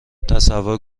تصور